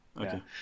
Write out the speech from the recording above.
okay